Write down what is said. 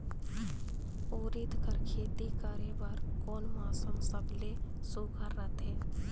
उरीद कर खेती करे बर कोन मौसम सबले सुघ्घर रहथे?